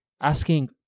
asking